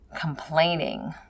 complaining